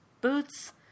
boots